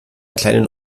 kleinen